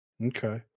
Okay